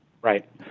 Right